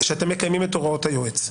את הוראת היועץ.